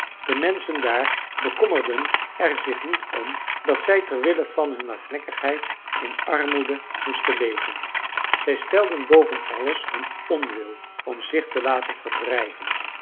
de menschen daar bekommerden er zich niet om dat zij ter wille van hun hardnekkigheid in armoede moesten leven zij stelden boven alles hun onwil om zich te laten verdrijven